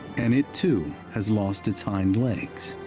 and it, too has lost its hind legs.